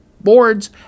boards